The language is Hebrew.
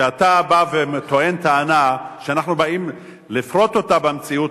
כשאתה בא וטוען טענה שאנחנו באים לפרוט אותה במציאות,